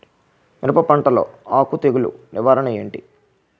మిరప పంటలో ఆకు తెగులు నివారణ ఏంటి?